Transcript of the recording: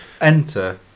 enter